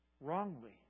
wrongly